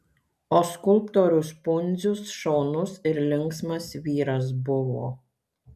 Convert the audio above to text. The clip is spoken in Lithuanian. o skulptorius pundzius šaunus ir linksmas vyras buvo